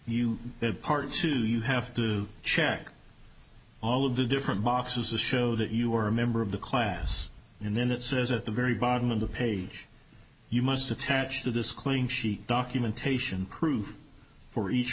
you have part two you have to check all of the different boxes the show that you are a member of the class and then it says at the very bottom of the page you must attach to this claim sheet documentation proof for each